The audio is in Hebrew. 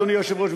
אדוני היושב-ראש,